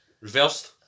reversed